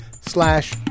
slash